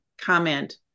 comment